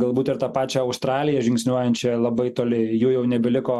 galbūt ir tą pačią australiją žingsniuojančią labai toli jų jau nebeliko